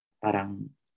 Parang